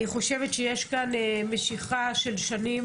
יש כאן משיכה של שנים,